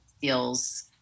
feels